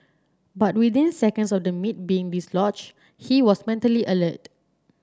but within seconds of the meat being dislodged he was mentally alert